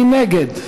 מי נגד?